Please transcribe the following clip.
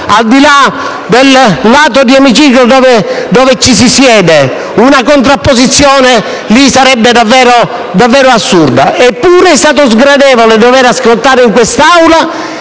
al di là del lato dell'emiciclo dove ci si siede: una contrapposizione in quel caso sarebbe davvero assurda. Eppure è stato sgradevole dover ascoltare in quest'Aula